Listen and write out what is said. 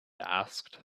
asked